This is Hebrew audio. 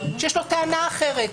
שיש לו טענה אחרת,